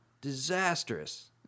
Disastrous